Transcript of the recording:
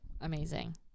amazing